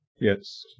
yes